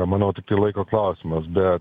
manau tiktai laiko klausimas bet